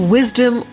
Wisdom